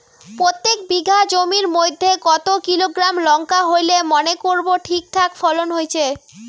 প্রত্যেক বিঘা জমির মইধ্যে কতো কিলোগ্রাম লঙ্কা হইলে মনে করব ঠিকঠাক ফলন হইছে?